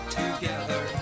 together